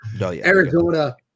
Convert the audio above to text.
Arizona